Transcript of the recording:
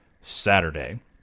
Saturday